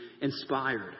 inspired